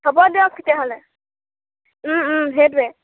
হ'ব দিয়ক তেতিয়াহ'লে সেইটোৱে